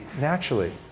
naturally